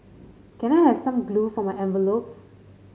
can I have some glue for my envelopes